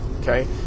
Okay